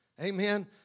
Amen